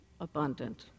abundant